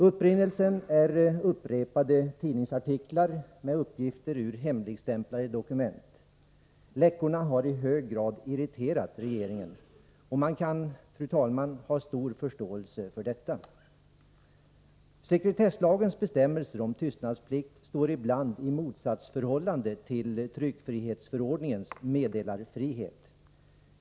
Upprinnelsen är upprepade tidningsartiklar med uppgifter ur hemlighetsstämplade dokument. Läckorna hari hög grad irriterat regeringen, och man kan, fru talman, ha stor förståelse för detta. Sekretesslagens bestämmelser om tystnadsplikt står ibland i motsatsförhållande till tryckfrihetsförordningens meddelarfrihet.